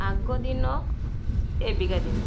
ଆଗଦିନ ଏବେକା ଦିନ